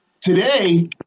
Today